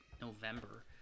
november